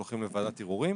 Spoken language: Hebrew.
שהולכים לוועדת ערעורים,